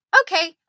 okay